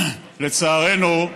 לצערנו,